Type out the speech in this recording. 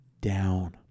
down